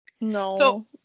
No